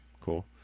cool